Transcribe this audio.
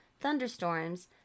thunderstorms